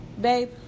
babe